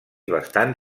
bastant